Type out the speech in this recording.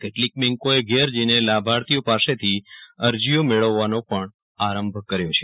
કેટલીક બેંકોએ ઘેર જઈને લાભાર્થીઓ પાસેથી અરજીઓ મેળવવાનો પણ આરંભ કર્યો છે